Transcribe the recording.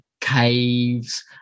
caves